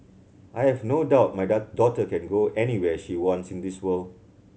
I have no doubt my daughter can go anywhere she wants in the world